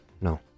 no